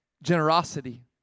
generosity